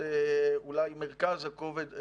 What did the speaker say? עדיין לא היה תדרוך מרכזי אחד.